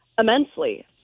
immensely